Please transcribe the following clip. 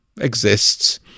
exists